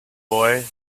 boy